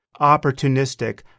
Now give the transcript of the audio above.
opportunistic